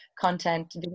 content